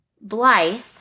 Blythe